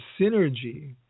synergy